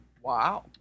wow